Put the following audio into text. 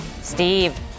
Steve